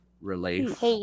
relief